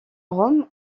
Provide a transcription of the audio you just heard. rome